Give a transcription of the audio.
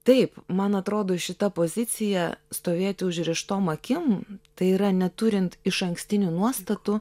taip man atrodo šita pozicija stovėti užrištom akim tai yra neturint išankstinių nuostatų